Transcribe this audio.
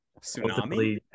tsunami